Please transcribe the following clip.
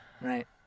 Right